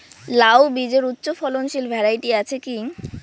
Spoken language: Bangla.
লাউ বীজের উচ্চ ফলনশীল ভ্যারাইটি আছে কী?